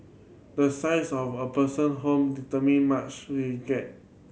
the size of a person home determine much we will get